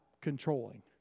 controlling